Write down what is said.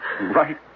right